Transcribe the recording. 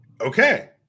Okay